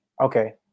Okay